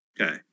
Okay